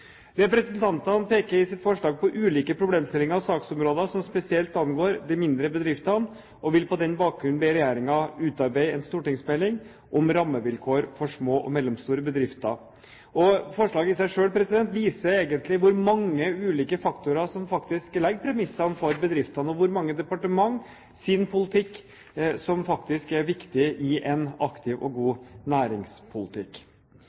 Representantene peker i sitt forslag på ulike problemstillinger og saksområder som spesielt angår de mindre bedriftene, og vil på denne bakgrunn be regjeringen utarbeide en stortingsmelding om rammevilkår for små og mellomstore bedrifter. Forslaget i seg selv viser egentlig hvor mange ulike faktorer det faktisk er som legger premissene for bedriftene, og hvor mange departementers politikk som er viktig i en aktiv og